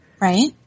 Right